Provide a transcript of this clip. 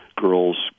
girls